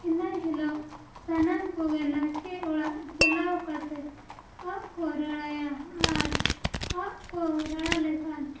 ᱤᱱᱟᱹᱦᱤᱞᱳᱜ ᱥᱟᱱᱟᱢ ᱠᱚᱜᱮ ᱱᱟᱭᱠᱮ ᱚᱲᱟᱜ ᱪᱟᱞᱟᱣ ᱠᱟᱛᱮᱫ ᱟᱜ ᱠᱚ ᱨᱟᱲᱟᱭᱟ ᱟᱨ ᱟᱜ ᱠᱚ ᱨᱟᱲᱟ ᱞᱮᱠᱷᱟᱱ